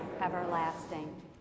everlasting